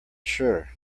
sure